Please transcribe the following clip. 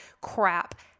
crap